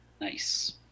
Nice